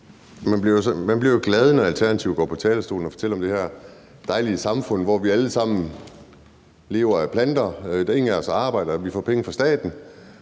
Man bliver jo glad, når Alternativet går på talerstolen og fortæller om det her dejlige samfund, hvor vi alle sammen lever af planter, der er ingen af os, der arbejder, og vi får penge fra staten.